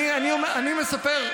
אני מספר,